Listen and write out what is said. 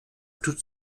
tout